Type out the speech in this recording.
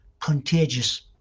contagious